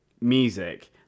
music